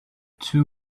two